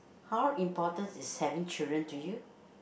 how importance is having children to you